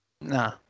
Nah